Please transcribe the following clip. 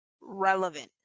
relevant